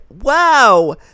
Wow